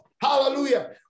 Hallelujah